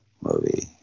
movie